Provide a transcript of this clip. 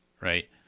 right